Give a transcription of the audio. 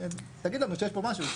תגיד לנו שיש פה משהו.